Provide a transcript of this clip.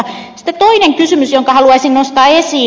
sitten toinen kysymys jonka haluaisin nostaa esiin